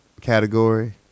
category